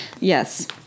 Yes